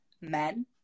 men